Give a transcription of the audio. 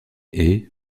est